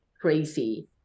crazy